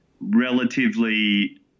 relatively